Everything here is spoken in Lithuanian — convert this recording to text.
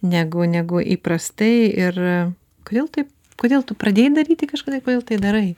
negu negu įprastai ir kodėl taip kodėl tu pradėjai daryti kažkada ir kodėl tai darai